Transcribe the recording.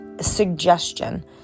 suggestion